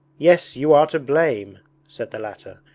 yes, you are to blame said the latter,